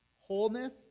wholeness